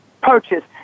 purchase